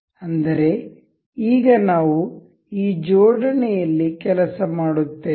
ಅಂದರೆ ಈಗ ನಾವು ಈ ಜೋಡಣೆ ಯಲ್ಲಿ ಕೆಲಸ ಮಾಡುತ್ತೇವೆ